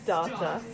Data